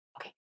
okay